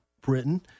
Britain